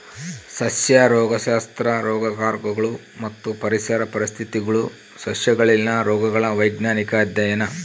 ಸಸ್ಯ ರೋಗಶಾಸ್ತ್ರ ರೋಗಕಾರಕಗಳು ಮತ್ತು ಪರಿಸರ ಪರಿಸ್ಥಿತಿಗುಳು ಸಸ್ಯಗಳಲ್ಲಿನ ರೋಗಗಳ ವೈಜ್ಞಾನಿಕ ಅಧ್ಯಯನ